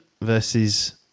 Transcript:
versus